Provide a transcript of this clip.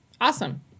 Awesome